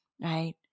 right